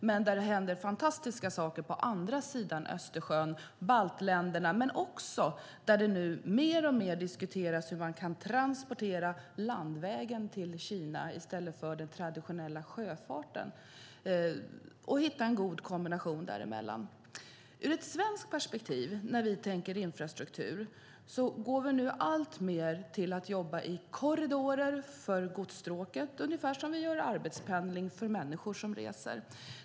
Det händer dock fantastiska saker på andra sidan Östersjön, i baltländerna, och det börjar mer och mer diskuteras hur man kan transportera landvägen till Kina i stället för den traditionella sjöfarten och hur man kan hitta en god kombination av dem emellan. Ur ett svenskt infrastrukturperspektiv går vi alltmer mot att jobba i korridorer för godsstråket, ungefär som vi gör vid arbetspendling för människor som reser.